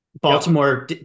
baltimore